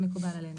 מקובל עלינו.